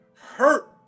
hurt